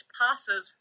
passes